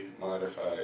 modified